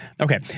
Okay